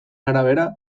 arabera